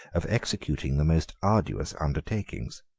of executing the most arduous undertakings.